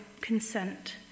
consent